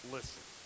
Listen